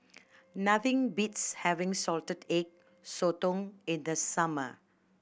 nothing beats having Salted Egg Sotong in the summer